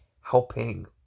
helping